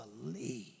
believe